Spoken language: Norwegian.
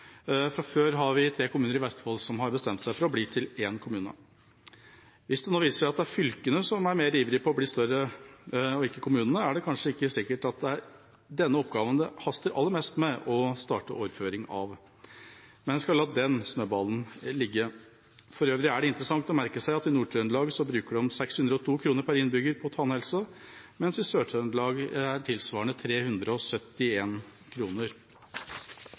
Fra før har tre kommuner i Vestfold bestemt seg for å bli til én kommune. Hvis det nå viser seg at fylkene er mer ivrige enn kommunene etter å bli større, er det kanskje ikke sikkert at det er denne oppgaven det haster aller mest med å starte overføring av. Men vi skal la den snøballen ligge. For øvrig er det interessant å merke seg at i Nord-Trøndelag bruker man 602 kr per innbygger på tannhelse, mens i Sør-Trøndelag er tilsvarende sum 371 kr. For meg og